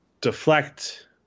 Deflect